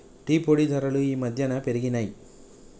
tea పొడి ధరలు ఈ మధ్యన పెరిగినయ్